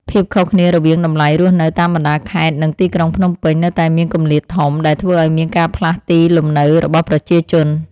ភាពខុសគ្នារវាងតម្លៃរស់នៅតាមបណ្តាខេត្តនិងទីក្រុងភ្នំពេញ នៅតែមានគម្លាតធំដែលធ្វើឱ្យមានការផ្លាស់ទីលំនៅរបស់ប្រជាជន។